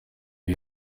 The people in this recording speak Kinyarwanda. iba